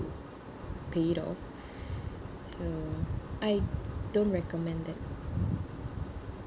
pay it off so I don't recommend that